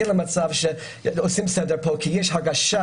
יש הרגשה